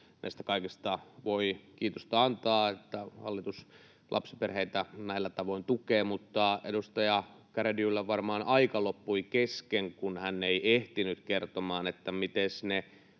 Näistä kaikista voi kiitosta antaa, että hallitus lapsiperheitä näillä tavoin tukee, mutta edustaja Garedew’lla varmaan aika loppui kesken, kun hän ei ehtinyt kertomaan, miten ne